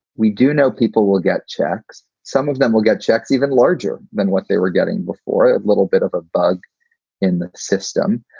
we do know people will get checks. some of them will get checks even larger than what they were getting before. a little bit of a bug in the system.